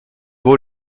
ball